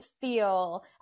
feel